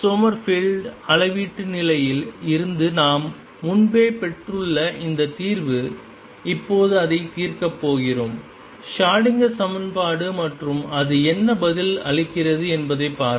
Sommerfeld அளவீட்டு நிலையில் இருந்து நாம் முன்பே பெற்றுள்ள இந்த தீர்வு இப்போது அதை தீர்க்கப் போகிறோம் ஷ்ரோடிங்கர் Schrödinger சமன்பாடு மற்றும் அது என்ன பதில் அளிக்கிறது என்பதைப் பாருங்கள்